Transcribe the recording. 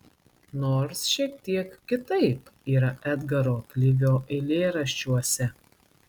nors šiek tiek kitaip yra edgaro klivio eilėraščiuose